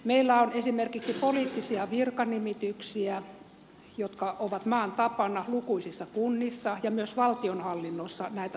meillä on esimerkiksi poliittisia virkanimityksiä jotka ovat maan tapana lukuisissa kunnissa ja myös valtionhallinnossa näitä tapahtuu